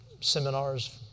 seminars